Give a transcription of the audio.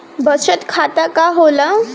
बचत खाता का होला?